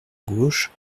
gauche